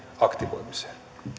aktivoimiseen